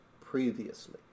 previously